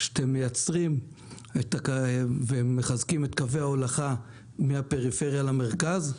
כשאתם מייצרים ומחזקים את קווי ההולכה מהפריפריה למרכז,